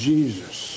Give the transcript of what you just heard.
Jesus